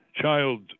child